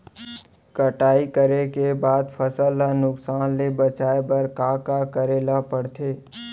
कटाई करे के बाद फसल ल नुकसान ले बचाये बर का का करे ल पड़थे?